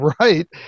right